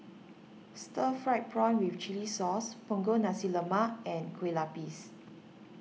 Stir Fried Prawn with Chili Sauce Punggol Nasi Lemak and Kueh Lupis